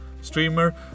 streamer